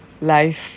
life